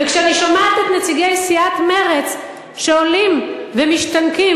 וכשאני שומעת את נציגי סיעת מרצ שעולים ומשתנקים,